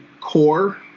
core